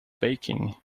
baking